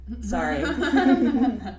Sorry